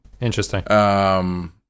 Interesting